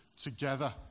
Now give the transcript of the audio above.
together